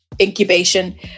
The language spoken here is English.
incubation